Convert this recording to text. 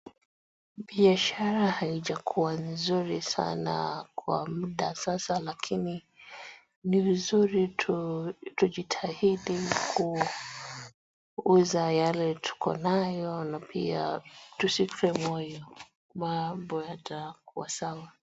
Biashara haijakuwa nzuri sana kwa muda sasa lakini ni vizuri tujitahidi kuuza yale tuko nayo na pia tusife moyo. Mambo yatakuwa sawa.